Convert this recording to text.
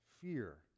fear